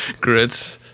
Grits